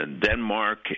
Denmark